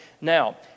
Now